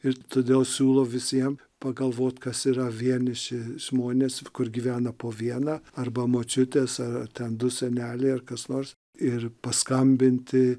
ir todėl siūlau visiem pagalvot kas yra vieniši žmonės kur gyvena po vieną arba močiutės ar ten du seneliai ar kas nors ir paskambinti